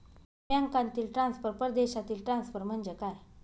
बँकांतील ट्रान्सफर, परदेशातील ट्रान्सफर म्हणजे काय?